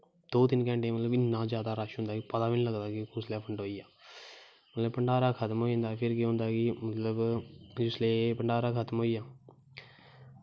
दो तिन्न घैंटे इन्ना रश होंदा कि पता गै नी लगदा कि कुसलै फंडोई जा भण्डारा खत्म होई जंदा ते फिर केह् होंदा कि जिसले भण्डारा खत्म होई जा